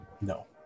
No